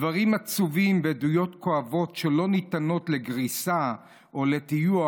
דברים עצובים ועדויות כואבות לא ניתנות לגריסה או לטיוח,